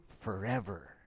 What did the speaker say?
forever